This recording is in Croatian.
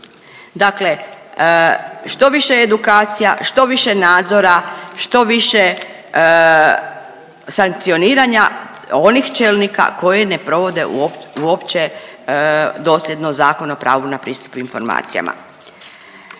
Dakle, što više edukacija, što više nadzora, što više sankcioniranja onih čelnika koji ne provode uopće dosljedno Zakon o pravu na pristup informacijama.